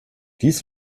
dies